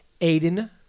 Aiden